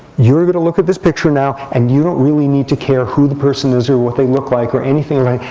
you're going to look at this picture now. and you don't really need to care who the person is, or what they look like, or anything.